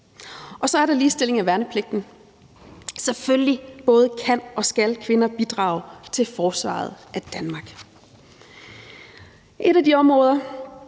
Og så er der ligestilling af værnepligten. Selvfølgelig både kan og skal kvinder bidrage til forsvaret af Danmark. Et af de områder,